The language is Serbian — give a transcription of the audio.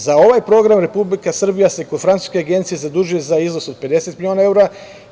Za ovaj program Republika Srbija se kod Francuske agencije zadužuje za iznos od 50 miliona evra.